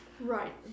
Right